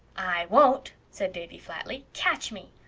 i won't, said davy flatly. catch me!